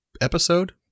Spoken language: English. episode